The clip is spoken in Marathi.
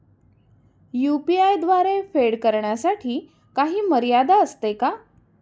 यु.पी.आय द्वारे फेड करण्यासाठी काही मर्यादा असते का?